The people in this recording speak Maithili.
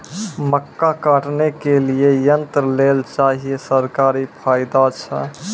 मक्का काटने के लिए यंत्र लेल चाहिए सरकारी फायदा छ?